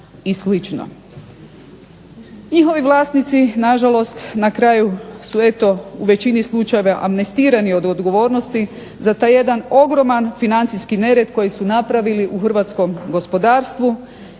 Njihovi vlasnici na žalost na kraju su eto u većini slučajeva amnestirani od odgovornosti za taj jedan ogroman financijski nered koji su napravili u hrvatskom gospodarstvu